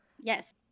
Yes